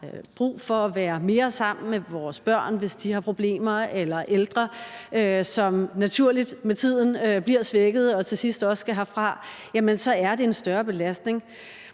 brug for at være mere sammen med vores børn, hvis de har problemer, eller ældre, som naturligt med tiden bliver svækkede og til sidst også skal herfra, så er det en større belastning.